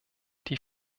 die